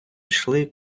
йшли